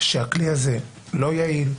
שהכלי הזה לא יעיל,